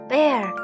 Bear